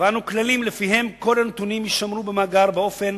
קבענו כללים שלפיהם כל הנתונים יישמרו במאגר באופן